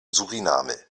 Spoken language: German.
suriname